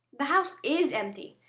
the house is empty.